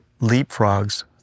leapfrogs